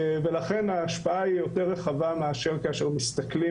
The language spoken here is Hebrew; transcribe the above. לכן ההשפעה היא הרבה יותר רחבה מאשר כאשר מסתכלים